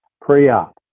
pre-op